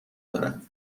دارد